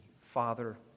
Father